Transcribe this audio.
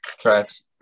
tracks